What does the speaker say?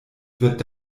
wird